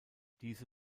diese